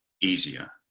easier